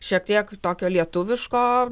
šiek tiek tokio lietuviško